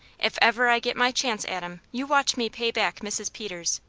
if ever i get my chance, adam, you watch me pay back mrs. peters.